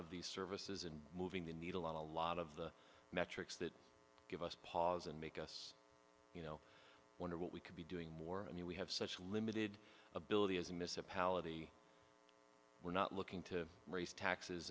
of these services and moving the needle on a lot of the metrics that give us pause and make us you know wonder what we could be doing more i mean we have such limited ability as a mishap palette we're not looking to raise taxes